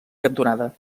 cantonada